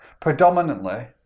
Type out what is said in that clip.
predominantly